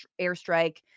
airstrike